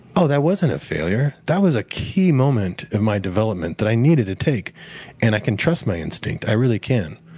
oh, that wasn't a failure that was a key moment of my development that i needed to take and i can trust my instinct, i really can.